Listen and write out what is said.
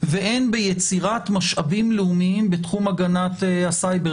והן ביצירת משאבים לאומיים בתחום הגנת הסייבר,